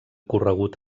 corregut